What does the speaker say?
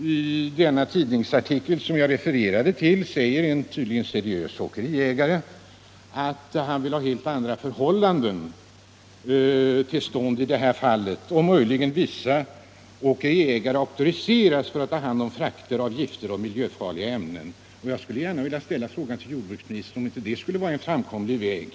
I den tidningsartikel som jag refererade till säger en — tydligen seriös — åkeriägare att han vil! ha helt andra förhållanden till stånd i det här avseendet. Möjligen kunde vissa åkeriägare auktoriseras att ta hand om frakter av gifter och miljöfarliga ämnen. Jag vill ställa frågan till jordbruksministern, om inte det skulle vara en framkomlig väg.